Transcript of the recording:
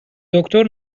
دکتر